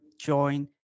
join